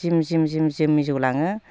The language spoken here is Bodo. जिम जिम जिम जिम मिजौलाङो